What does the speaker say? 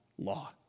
law